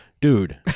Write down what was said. dude